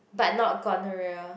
but not gonorrhea